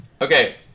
Okay